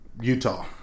Utah